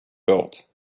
built